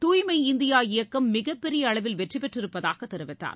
தூய்மை இந்தியா இயக்கம் மிகப்பெரிய அளவில் வெற்றி பெற்றிருப்பதாக தெரிவித்தார்